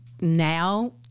now